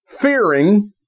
fearing